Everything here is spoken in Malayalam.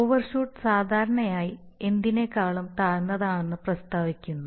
ഓവർഷൂട്ട് സാധാരണയായി എന്തിനെക്കാളും താഴ്ന്നതാണെന്ന് പ്രസ്താവിക്കുന്നു